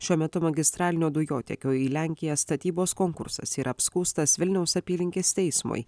šiuo metu magistralinio dujotiekio į lenkiją statybos konkursas yra apskųstas vilniaus apylinkės teismui